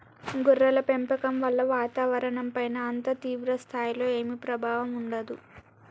గొర్రెల పెంపకం వల్ల వాతావరణంపైన అంత తీవ్ర స్థాయిలో ఏమీ ప్రభావం ఉండదు